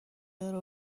داره